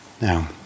Now